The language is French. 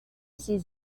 ses